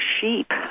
sheep